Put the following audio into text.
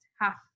half